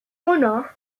uno